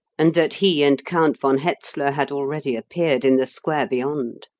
and that he and count von hetzler had already appeared in the square beyond.